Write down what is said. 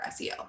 SEO